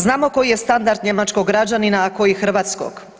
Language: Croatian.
Znamo koji je standard njemačkog građanina, a koji hrvatskog.